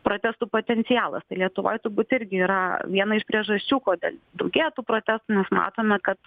protestų potencialas tai lietuvoj turbūt irgi yra viena iš priežasčių kodėl daugėja tų protestų nes matome kad